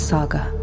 Saga